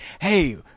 hey